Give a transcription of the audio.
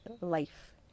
life